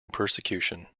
persecution